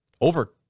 Over